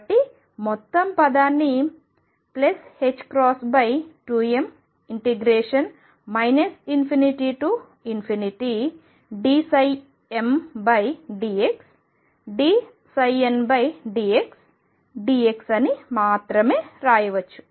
కాబట్టి మొదటి పదాన్ని 22m ∞dmdxdndxdx అని మాత్రమే రాయవచ్చు